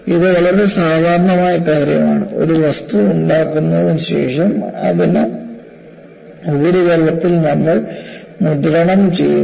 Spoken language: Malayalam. ഇത് വളരെ സാധാരണമായ കാര്യമാണ് ഒരു വസ്തു ഉണ്ടാക്കിയതിനു ശേഷം അതിനു ഉപരിതലത്തിൽ നമ്മൾ മുദ്രണം ചെയ്യുന്നു